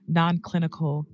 non-clinical